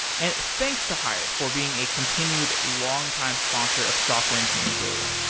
and thanks to hired for being a continued longtime sponsor of software engineering daily